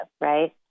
right